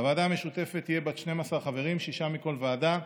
הוועדה המשותפת תהיה בת 12 חברים, שישה מכל ועדה,